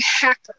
hacker